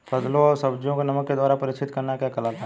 फलों व सब्जियों को नमक के द्वारा परीक्षित करना क्या कहलाता है?